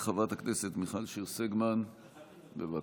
חברת הכנסת מיכל שיר סגמן, בבקשה.